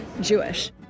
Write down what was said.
Jewish